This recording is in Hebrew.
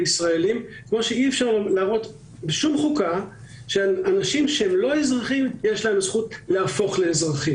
שאי-אפשר להראות שום חוקה שבה יש למי שאינו אזרח זכות להפוך לכזה.